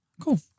Cool